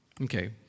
Okay